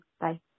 Bye